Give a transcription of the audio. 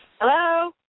Hello